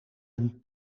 een